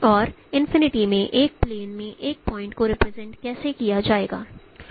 और इनफिनिटी में एक प्लेन में एक पॉइंट् को रिप्रेजेंट कैसे किया जाएगा